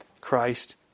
Christ